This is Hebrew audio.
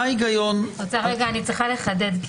אני צריכה לחדד.